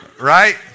right